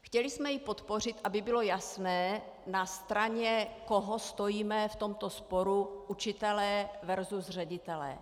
Chtěli jsme ji podpořit, aby bylo jasné, na straně koho stojíme v tomto sporu učitelé versus ředitelé.